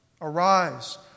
Arise